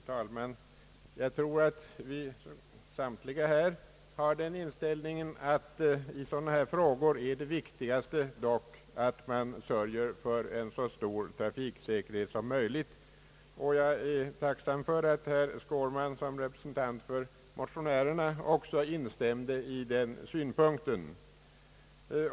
Herr talman! Jag tror att vi alla här har den inställningen att det viktigaste i frågor som denna är att man sörjer för en så stor trafiksäkerhet som möjligt, och jag är tacksam för att herr Skårman som representant för motionärerna också instämde i den synpunkten.